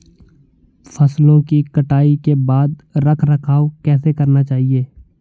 फसलों की कटाई के बाद रख रखाव कैसे करना चाहिये?